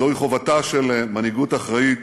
זוהי חובתה של מנהיגות אחראית